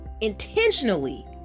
intentionally